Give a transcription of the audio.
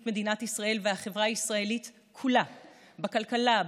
מדינת ישראל והחברה הישראלית כולה בכלכלה,